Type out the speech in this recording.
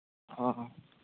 ᱦᱮᱸ